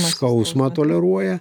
skausmą toleruoja